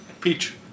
peach